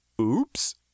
Oops